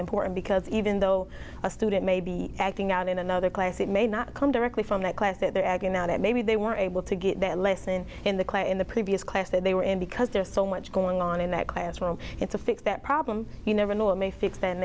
important because even though a student may be acting out in another class it may not come directly from that class that they're agone out that maybe they weren't able to get that lesson in the clay in the previous class that they were in because there's so much going on in that classroom it to fix that problem you never know it may fifth and